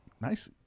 Nice